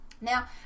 Now